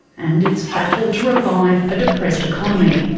and its battle to revive a depressed economy.